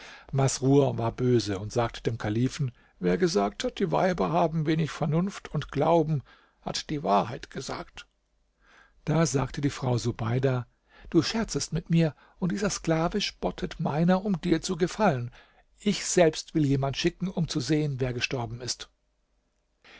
masrur war böse und sagte dem kalifen wer gesagt hat die weiber haben wenig vernunft und glauben hat die wahrheit gesagt da sagte die frau subeida du scherzest mit mir und dieser sklave spottet meiner um dir zu gefallen ich selbst will jemand schicken um zu sehen wer gestorben ist